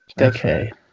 Okay